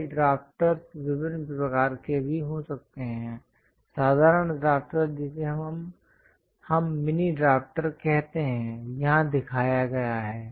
ये ड्रॉफ्टरस् विभिन्न प्रकार के भी हो सकते हैं साधारण ड्रॉफ्टर जिसे हम मिनी ड्रॉफ्टर कहते हैं यहां दिखाया गया है